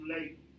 late